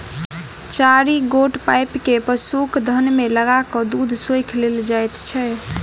चारि गोट पाइप के पशुक थन मे लगा क दूध सोइख लेल जाइत छै